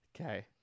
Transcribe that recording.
Okay